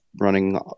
running